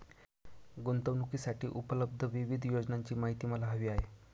गुंतवणूकीसाठी उपलब्ध विविध योजनांची माहिती मला हवी आहे